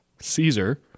caesar